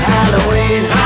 Halloween